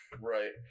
Right